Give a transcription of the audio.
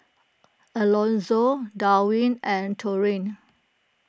Alonzo Darwyn and Taurean